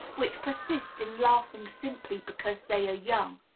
which persist in laughing simply because they are young.